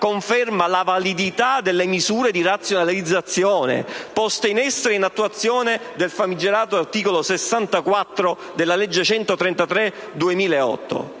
conferma la validità delle misure di razionalizzazione poste in essere in attuazione del» - famigerato, dico io - «articolo 64 della legge n.